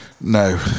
No